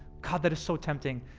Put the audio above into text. god, that is so tempting,